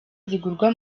zigurwa